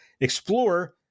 explore